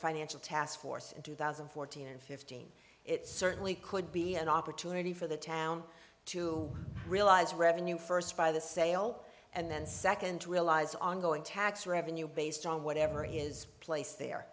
financial taskforce in two thousand and fourteen and fifteen it certainly could be an opportunity for the town to realize revenue first by the sale and then second to realize ongoing tax revenue based on whatever is placed there